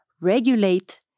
regulate